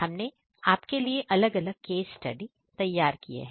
हमने आपके लिए अलग अलग केस स्टडी तैयार किए हैं